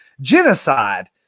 Genocide